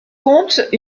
compte